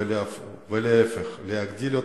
ואפילו להיפך, להגדיל אותם,